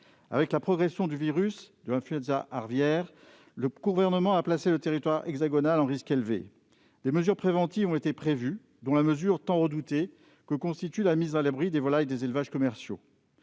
de la progression du virus de l'influenza aviaire, le Gouvernement a placé le territoire hexagonal en risque élevé. Des mesures préventives ont été prévues, dont la mise à l'abri tant redoutée des volailles des élevages commerciaux.